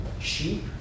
sheep